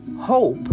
hope